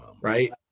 Right